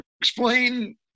explain